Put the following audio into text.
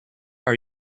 are